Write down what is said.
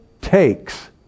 takes